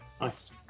Nice